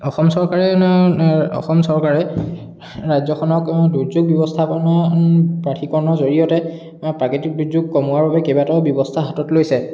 অসম চৰকাৰে অসম চৰকাৰে ৰাজ্যখনক দুৰ্যোগ ব্যৱস্থাপনা প্ৰাধিকৰণৰ জড়িয়তে প্ৰাকৃতিক দুৰ্যোগ কমোৱাৰ বাবে কেইবাটাও ব্যৱস্থা হাতত লৈছে